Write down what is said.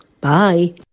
bye